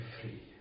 free